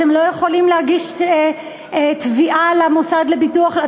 אתן לא יכולות להגיש תביעה למוסד לביטוח לאומי,